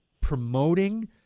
promoting